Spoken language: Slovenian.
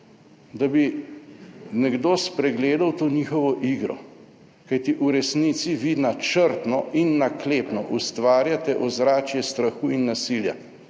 da bi nekdo spregledal to njihovo igro? Kajti v resnici vi načrtno in naklepno ustvarjate ozračje strahu in nasilja.